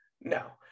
No